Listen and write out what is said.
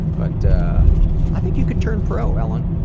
but i think you could turn pro, ellen.